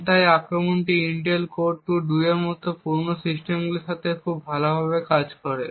এখন এই আক্রমণটি Intel Core 2 Duo এর মতো পুরানো সিস্টেমগুলির সাথে খুব ভালভাবে কাজ করে